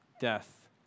death